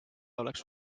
oleks